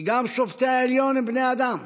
כי גם שופטי העליון הם בני אדם,